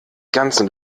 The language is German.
ganzen